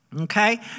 Okay